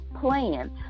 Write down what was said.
plan